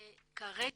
וכרגע,